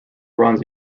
runs